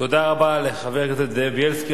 תודה רבה לחבר הכנסת זאב בילסקי.